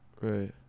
Right